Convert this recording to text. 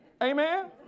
Amen